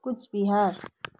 Cooch Behar